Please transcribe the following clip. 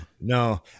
no